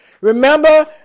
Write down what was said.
Remember